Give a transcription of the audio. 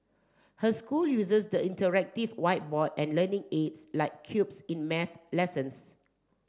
her school uses the interactive whiteboard and learning aids like cubes in math lessons